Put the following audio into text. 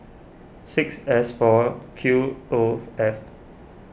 six S four Q oath F